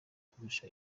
kurusha